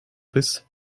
bist